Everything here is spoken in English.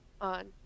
on